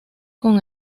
con